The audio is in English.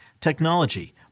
technology